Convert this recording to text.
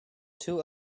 two